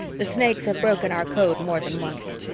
the snakes have broken our code more than once.